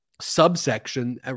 subsection